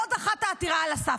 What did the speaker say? לא דחה את העתירה על הסף.